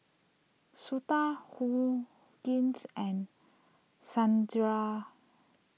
Suda and Sundaraiah